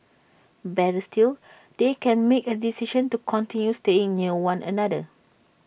better still they can make A decision to continue staying near one another